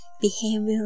behavior